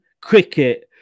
cricket